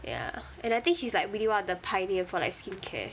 ya and I think she's like really one of the pioneer for like skin care